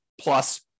plus